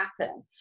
happen